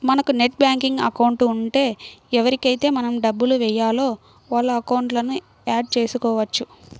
మనకు net banking account ఉంటే ఎవరికైతే మనం డబ్బులు వేయాలో వాళ్ళ అకౌంట్లను యాడ్ చేసుకోవచ్చు